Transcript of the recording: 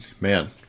man